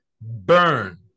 burn